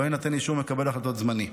לא יינתן אישור מקבל החלטות זמני.